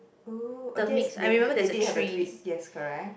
oo oh yes they do they did have a twist yes correct